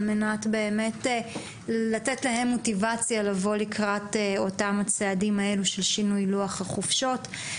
על מנת לתת להם מוטיבציה לבוא לקראת הצעדים של שינוי לוח החופשות.